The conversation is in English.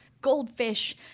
goldfish